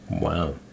Wow